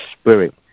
spirit